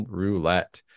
roulette